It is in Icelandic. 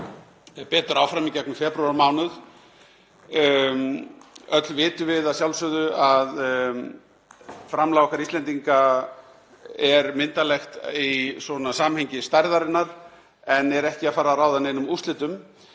betur áfram í gegnum febrúarmánuð. Öll vitum við að sjálfsögðu að framlag okkar Íslendinga er myndarlegt svona í samhengi stærðarinnar en er ekki að fara að ráða neinum úrslitum.